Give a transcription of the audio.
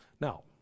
Now